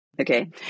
Okay